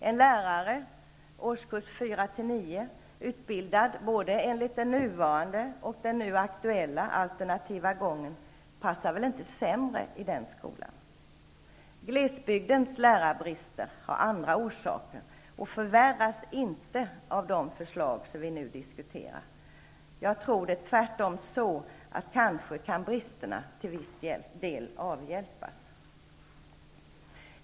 En lärare för årskurserna 4--9, utbildad antingen enligt den nuvarande eller enligt den nu aktuella, alternativa gången, passar väl inte sämre i den skolan. Glesbygdens lärarbrister har andra orsaker och förvärras inte av de förslag vi nu diskuterar. Jag tror tvärtom att bristerna kanske till viss del kan avhjälpas.